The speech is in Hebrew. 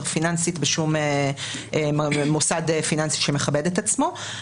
פיננסית בשום מוסד פיננסי שמכבד את עצמו,